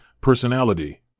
personality